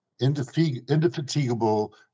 indefatigable